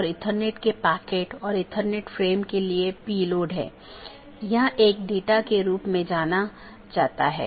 किसी भी ऑटॉनमस सिस्टमों के लिए एक AS नंबर होता है जोकि एक 16 बिट संख्या है और विशिष्ट ऑटोनॉमस सिस्टम को विशिष्ट रूप से परिभाषित करता है